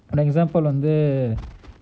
for example on the